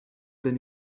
bin